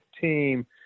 team